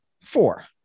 Four